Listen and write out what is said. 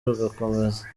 rugakomeza